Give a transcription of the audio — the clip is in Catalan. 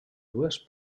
dues